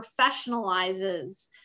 professionalizes